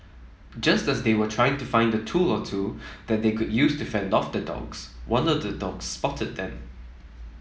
just as they were trying to find the tool or two that they could use to fend off the dogs one of the dogs spotted them